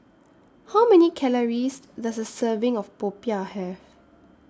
How Many Calories Does A Serving of Popiah Have